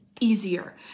easier